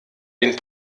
den